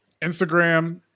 Instagram